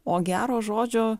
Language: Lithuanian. o gero žodžio